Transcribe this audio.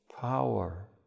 power